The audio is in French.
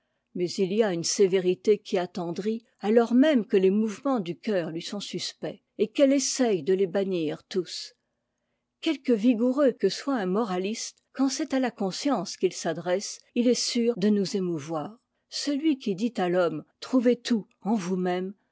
mais il y a une sévérité qui attendrit alors même que les mouvements du cœur tui sont suspects et qu'elle essaye de les bannir tous quelque rigoureux que soit un moraliste quand c'est à la conscience qu'il s'adresse il est sûr de nous émouvoir celui qui dit à l'homme trouvez tout en vous-même